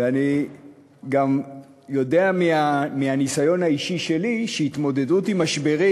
ואני גם יודע מהניסיון האישי שלי שהתמודדות עם משברים